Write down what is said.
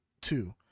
two